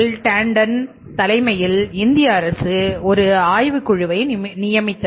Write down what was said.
டாண்டனின் தலைமையில் இந்திய அரசு 1 ஆய்வுக் குழுவை நியமித்தது